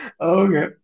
Okay